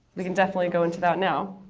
we can definitely go into that now.